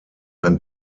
ein